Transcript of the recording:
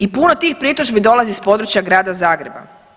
I puno tih pritužbi dolazi s područja grada Zagreba.